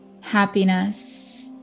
happiness